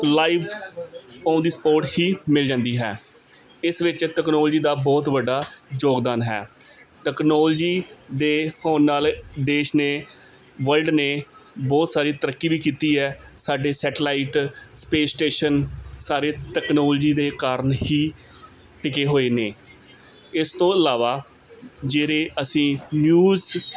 live on ਦੀ support ਹੀ ਮਿਲ ਜਾਂਦੀ ਹੈ ਇਸ ਵਿੱਚ ਟੈਕਨੋਲਜੀ ਦਾ ਬਹੁਤ ਵੱਡਾ ਯੋਗਦਾਨ ਹੈ ਟੈਕਨੋਲਜੀ ਦੇ ਹੋਣ ਨਾਲ ਦੇਸ਼ ਨੇ ਵਰਲਡ ਨੇ ਬਹੁਤ ਸਾਰੀ ਤਰੱਕੀ ਦੀ ਕੀਤੀ ਹੈ ਸਾਡੇ ਸੈਟਲਾਈਟ ਸਪੇਸ ਸਟੇਸ਼ਨ ਸਾਰੇ ਟੈਕਨੋਲਜੀ ਦੇ ਕਾਰਨ ਹੀ ਟਿਕੇ ਹੋਏ ਨੇ ਇਸ ਤੋ ਇਲਾਵਾ ਜਿਹੜੇ ਅਸੀਂ ਨਿਊਜ਼